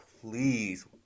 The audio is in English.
please